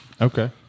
Okay